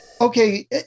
okay